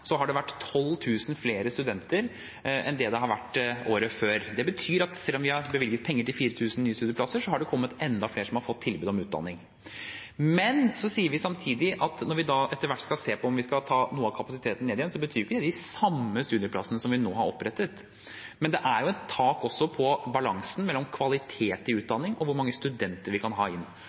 har vært 12 000 flere studenter enn det var året før. Det betyr at selv om vi har bevilget penger til 4 000 nye studieplasser, har det kommet enda flere som har fått tilbud om utdanning. Når vi samtidig sier at vi etter hvert skal se på om vi skal ta noe av kapasiteten ned, betyr ikke det at det er de samme studieplassene som vi nå har opprettet. Men det er et tak på balansen mellom kvalitet i utdanning og hvor mange studenter vi kan ha inn.